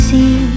See